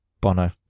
Bono